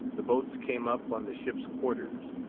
the boats came up on the ship's quarters,